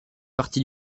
partie